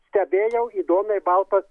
stebėjau įdomiai baltas